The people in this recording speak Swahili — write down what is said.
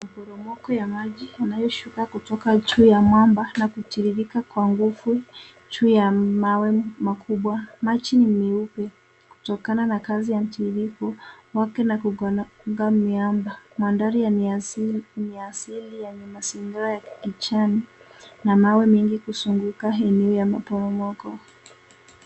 Maporomoko ya maji yanayoshuka kutoka juu ya mwamba, na kutiririka kwa nguvu, juu ya mawe makubwa. Maji ni meupe kutokana na kasi ya mtiririko wake na kukona miamba. Mandhari ni ya asili yenye mazingira ya kijani, na mawe mengi kuzunguka eneo ya maporomoko.